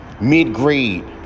Mid-grade